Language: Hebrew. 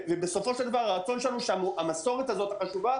בסופו של דבר הרצון שלנו הוא שהמסורת החשובה